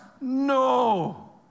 no